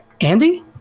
Andy